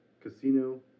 Casino